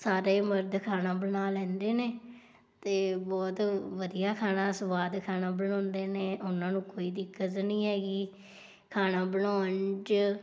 ਸਾਰੇ ਮਰਦ ਖਾਣਾ ਬਣਾ ਲੈਂਦੇ ਨੇ ਅਤੇ ਬਹੁਤ ਵਧੀਆ ਖਾਣਾ ਸਵਾਦ ਖਾਣਾ ਬਣਾਉਂਦੇ ਨੇ ਉਨ੍ਹਾਂ ਨੂੰ ਕੋਈ ਦਿੱਕਤ ਨਹੀਂ ਹੈਗੀ ਖਾਣਾ ਬਣਾਉਣ 'ਚ